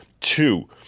two